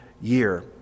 year